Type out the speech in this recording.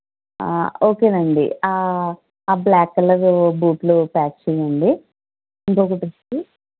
okay అండి ఆ ఆ బ్ల్యాక్ కలర్ బూట్లు ప్యాక్ చెయ్యండి ఇంకొకటి వచ్చి